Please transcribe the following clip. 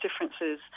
differences